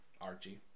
Archie